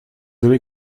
avez